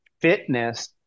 fitness